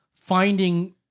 finding